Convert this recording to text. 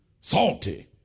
Salty